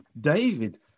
David